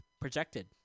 projected